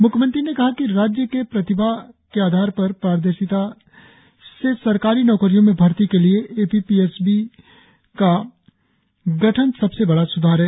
म्ख्यमंत्री ने कहा कि राज्य के प्रतिभा के आधार पर पारदर्शिता से सरकारी नौकरियों में भर्ती के लिए A P S S B का गठन सबसे बड़ा सुधार है